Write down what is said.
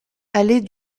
allée